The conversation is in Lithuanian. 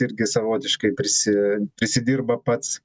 irgi savotiškai tarsi prisidirba pats